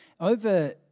Over